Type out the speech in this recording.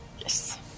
Yes